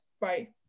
Right